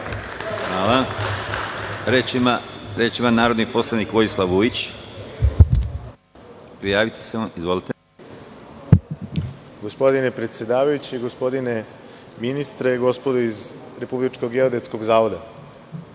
Hvala. Reč ima narodni poslanik Vojislav Vujić. Izvolite. **Vojislav Vujić** Gospodine predsedavajući, gospodine ministre, gospodo iz Republičkog geodetskog zavoda,